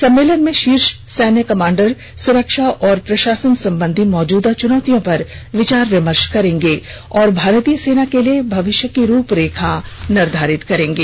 सम्मेलन में शीर्ष सैन्य कमांडर सुरक्षा और प्रशासन संबंधी मौजूदा चुनौतियों पर विचार विमर्श करेंगे और भारतीय सेना के लिए भविष्य की रूपरेखा निर्धारित करेंगे